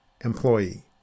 employee